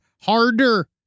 harder